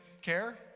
care